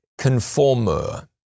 conformer